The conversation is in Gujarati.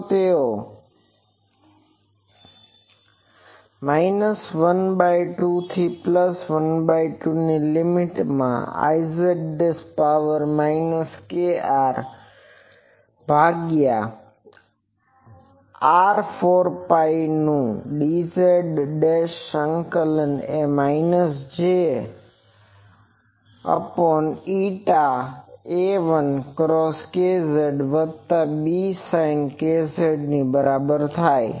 તો આ l2l2Ize jkR4πRdz jA1cos KZ B1sin KZ minus l by 2 થી પ્લસ l બાય 2 લીમીટ માં I z e power minus j KR ભાગ્યા આર 4 પાઈ નું dz સંકલન એ માઈનસ J અપોન ઇટાη A1 કોસ kz વત્તા B1 સાઈન kz ની બરાબર થાય